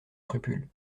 scrupules